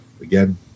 Again